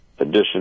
addition